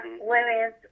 Whereas